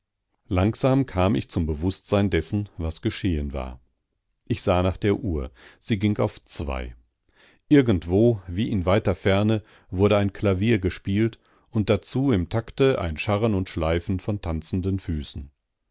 langsam kam ich zum bewußtsein dessen was geschehen war ich sah nach der uhr sie ging auf zwei irgendwo wie in weiter ferne wurde ein klavier gespielt und dazu im takte ein scharren und schleifen von tanzenden füßen